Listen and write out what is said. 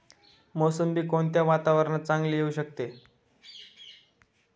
मोसंबी कोणत्या वातावरणात चांगली येऊ शकते?